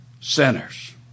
Sinners